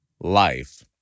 life